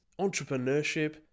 entrepreneurship